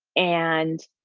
and,